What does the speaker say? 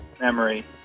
memory